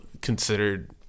considered